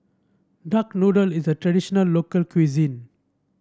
Duck Noodle is a traditional local cuisine